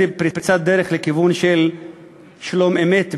פריצת דרך לכיוון של שלום אמת באזורנו.